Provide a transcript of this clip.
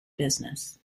business